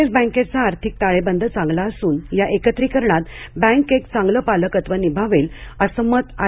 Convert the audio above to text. S बँकेचा आर्थिक ताळेबंद चांगला असून या एकत्रिकरणात बँक एक चांगलं पालकत्व निभवेल असं मत आर